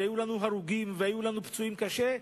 והיו לנו הרוגים והיו לנו פצועים קשה,